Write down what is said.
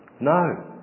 No